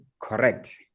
correct